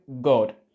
God